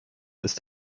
ist